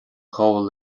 ghabháil